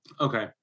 Okay